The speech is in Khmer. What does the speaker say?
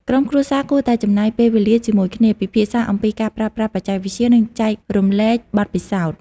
ក្រុមគ្រួសារគួរតែចំណាយពេលវេលាជាមួយគ្នា ពិភាក្សាអំពីការប្រើប្រាស់បច្ចេកវិទ្យា និងចែករំលែកបទពិសោធន៍។